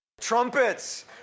Trumpets